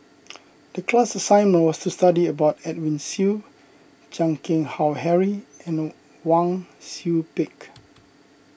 the class assignment was to study about Edwin Siew Chan Keng Howe Harry and Wang Sui Pick